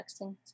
texting